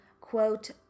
quote